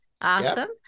Awesome